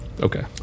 Okay